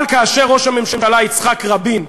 אבל כאשר ראש הממשלה יצחק רבין,